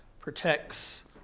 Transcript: protects